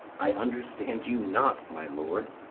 i understand you not, my lord.